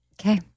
Okay